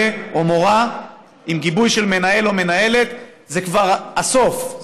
או מורה עם גיבוי של מנהל או מנהלת זה כבר הסוף,